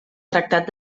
tractat